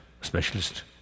specialist